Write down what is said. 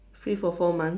free for four months